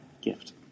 gift